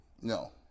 No